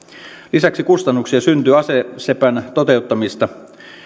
lisäksi kustannuksia syntyy asesepän toteuttamista